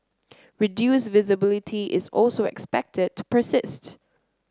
reduced visibility is also expected to persist